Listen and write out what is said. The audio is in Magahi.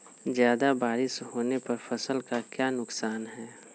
ज्यादा बारिस होने पर फसल का क्या नुकसान है?